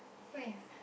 where ah